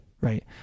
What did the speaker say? Right